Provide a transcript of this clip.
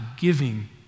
giving